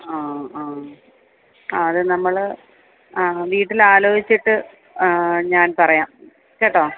ആ ആ അത് നമ്മള് ആ വീട്ടില് ആലോചിചിട്ട് ഞാന് പറയാം കേട്ടോ